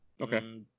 Okay